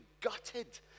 gutted